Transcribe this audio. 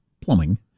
plumbing